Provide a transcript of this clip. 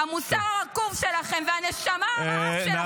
-- המוסר הרקוב שלכם והנשמה הרעה שלכם.